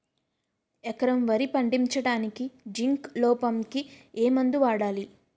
ఎకరం వరి పండించటానికి జింక్ లోపంకి ఏ మందు వాడాలి?